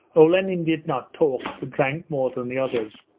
olenin did not talk, but drank more than the others.